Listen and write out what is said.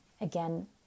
again